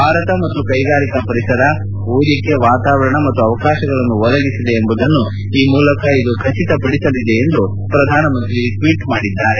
ಭಾರತ ಉತ್ತಮ ಕೈಗಾರಿಕಾ ಪರಿಸರ ಹೂಡಿಕೆ ವಾತಾವರಣ ಮತ್ತು ಅವಕಾಶಗಳನ್ನು ಒದಗಿಸಿದೆ ಎಂಬುದನ್ನು ಈ ಮೂಲಕ ಖಚಿತಪಡಿಸಲಿದೆ ಎಂದು ಪ್ರಧಾನಮಂತ್ರಿ ಟ್ವೀಟ್ ಮಾಡಿದ್ದಾರೆ